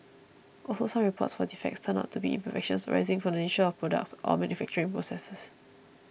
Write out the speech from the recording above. also some reports for defects turned out to be imperfections arising from the nature of the products or manufacturing processes